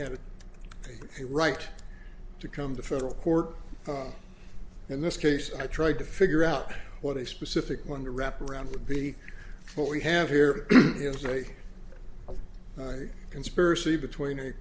had a right to come to federal court in this case i tried to figure out what a specific one to wrap around would be what we have here is a conspiracy between a